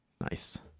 Nice